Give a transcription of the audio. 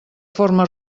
forma